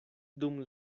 dum